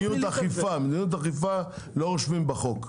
יש מדיניות אכיפה, מדיניות אכיפה לא רושמים בחוק,